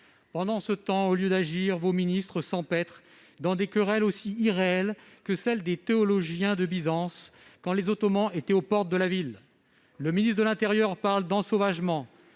Pendant ce temps, au lieu d'agir, vos ministres s'empêtrent dans des querelles aussi irréelles que celles des théologiens de Byzance quand les Ottomans étaient aux portes de la ville : le ministre de l'intérieur parle d'ensauvagement,